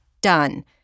Done